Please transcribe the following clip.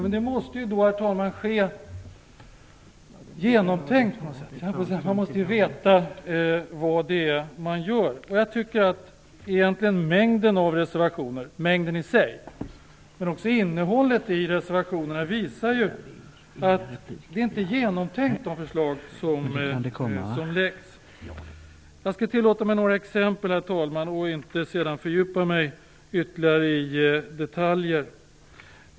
Men det måste ske genomtänkt - man måste veta vad det är man gör. Jag tycker att mängden av reservationer - mängden i sig, men också innehållet i reservationerna - visar att de förslag som läggs fram inte är genomtänkta. Jag skall tillåta mig några exempel, herr talman, och inte sedan fördjupa mig ytterligare i detaljer.